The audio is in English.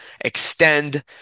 extend